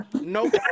nope